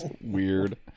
Weird